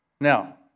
Now